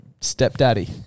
stepdaddy